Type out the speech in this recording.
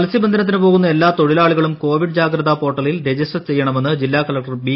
മത്സ്യബന്ധനത്തിന് പോകുന്ന എല്ലാ തൊഴിലാളികളും കോവിഡ് ജാഗ്രത പോർട്ടലിൽ രജിസ്റ്റർ ചെയ്യണമെന്ന് ജില്ലാ കളക്ടർ ബി